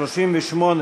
38,